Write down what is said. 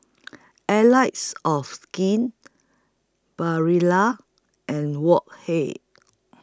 Allies of Skin Barilla and Wok Hey